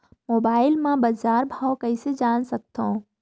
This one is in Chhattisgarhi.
मोबाइल म बजार भाव कइसे जान सकथव?